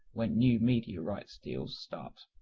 when new media rights deals start